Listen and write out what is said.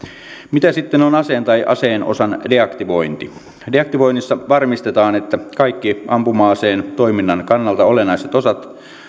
mitä sitten on aseen tai aseen osan deaktivointi deaktivoinnissa varmistetaan että kaikki ampuma aseen toiminnan kannalta olennaiset osat